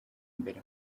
mbere